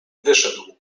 wyszedł